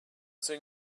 soon